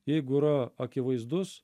jeigu yra akivaizdus